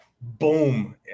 boom